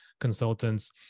consultants